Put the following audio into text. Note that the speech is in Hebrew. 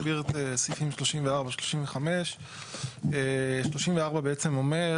אני רק אסביר את סעיפים 34-35. 34 בעצם אומר